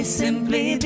simply